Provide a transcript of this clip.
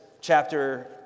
chapter